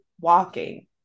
Walking